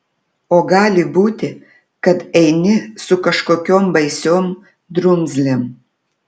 o gali būti kad eini su kažkokiom baisiom drumzlėm